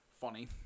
Funny